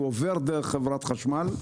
הוא עובר דרך חברת החשמל,